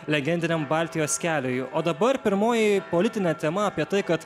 legendiniam baltijos keliui o dabar pirmoji politinė tema apie tai kad